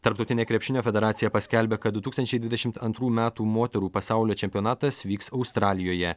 tarptautinė krepšinio federacija paskelbė kad du tūkstančiai dvidešimt antrų metų moterų pasaulio čempionatas vyks australijoje